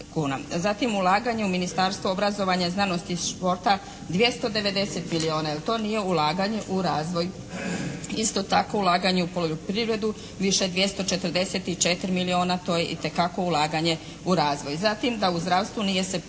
Zatim ulaganje u Ministarstvo obrazovanja, znanosti i športa 290 milijuna. Jel' to nije ulaganje u razvoj? Isto tako ulaganje u poljoprivredu, više 244 milijuna, to je itekako ulaganje u razvoj.